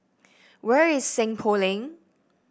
where is Seng Poh Lane